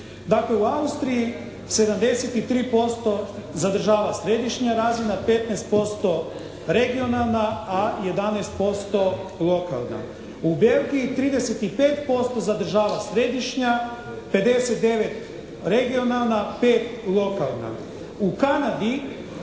u Austriji 73% zadržava središnja razina, 15% regionalna, a 11% lokalna. U Belgiji 35% zadržava središnja, 59 regionalna, 5 lokalna.